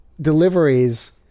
deliveries